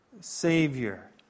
Savior